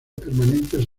permanentes